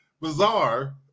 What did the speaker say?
bizarre